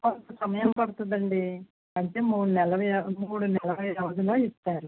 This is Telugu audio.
కొంత సమయం పడుతుందండి అంటే మూడు నెలల మూడు నెలల వ్యవధిలో ఇస్తారు